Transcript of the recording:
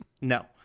No